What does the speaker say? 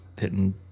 hitting